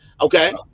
Okay